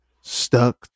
stuck